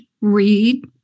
read